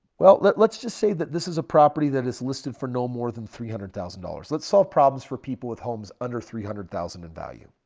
well, let's just say that this is a property that is listed for no more than three hundred thousand dollars. let's solve problems for people with homes under three hundred thousand in value.